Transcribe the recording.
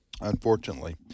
unfortunately